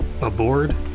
Aboard